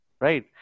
right